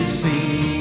see